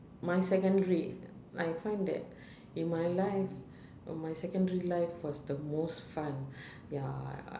my secondary I find that in my life my secondary life was the most fun ya